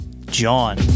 John